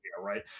right